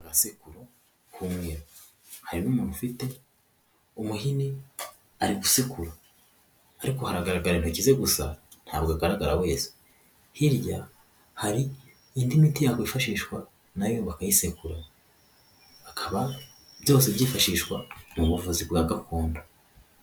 Agasekuru k'umweru hari n'umuntu ufite umuhini ari gusekura, ariko hagaragara intiki ze gusa ntabwo agaragara wese, hirya hari indi miti yabo yifashishwa nayo bakayisehura akaba byose byifashishwa mu buvuzi bwa gakondo.